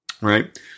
Right